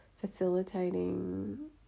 facilitating